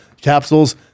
capsules